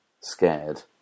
scared